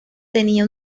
tenía